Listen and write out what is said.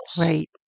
Right